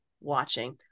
watching